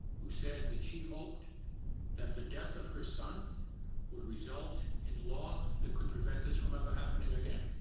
who said that she hoped that the death of her son would result in law that could prevent this from ever happening again.